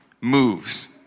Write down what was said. moves